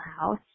house